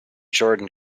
jordan